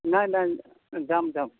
নাই নাই যাম যাম